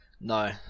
No